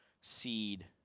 seed